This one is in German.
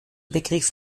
begriff